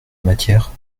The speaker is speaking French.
matière